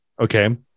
Okay